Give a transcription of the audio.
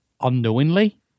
unknowingly